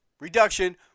Reduction